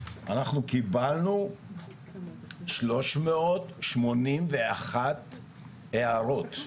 אנחנו קיבלנו שלוש מאות שמונים ואחת הערות.